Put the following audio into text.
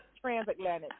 Transatlantic